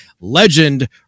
Legend